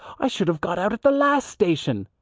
i should have got out at the last station.